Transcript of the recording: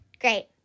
great